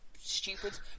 stupid